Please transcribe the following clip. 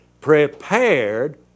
prepared